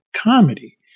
comedy